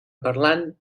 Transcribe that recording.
parlant